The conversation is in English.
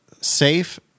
safe